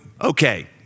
okay